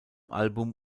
album